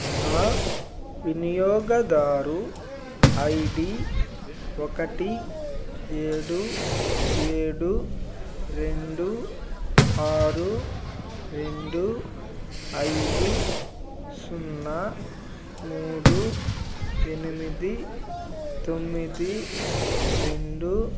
నా వినియోగదారు I D ఒకటి ఏడు ఏడు రెండు ఆరు రెండు ఐదు సున్నా మూడు ఎనిమిది తొమ్మిది రెండు